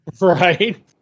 right